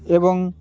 ଏବଂ